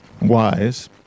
wise